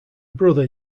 brother